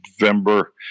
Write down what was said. November